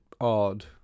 odd